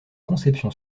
conception